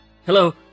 Hello